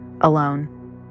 alone